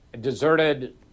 deserted